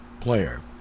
player